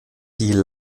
die